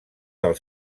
del